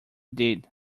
did